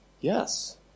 Yes